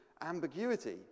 ambiguity